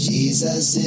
Jesus